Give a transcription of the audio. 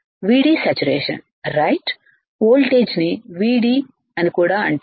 VD Saturation సరే ఓల్టేజిని VD అని కూడా అంటారు